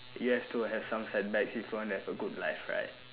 you have to have some setbacks if you want to have a good life right